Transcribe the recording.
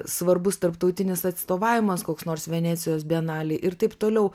svarbus tarptautinis atstovavimas koks nors venecijos bienalėj ir taip toliau